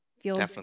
feels